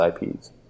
IPs